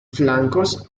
flancos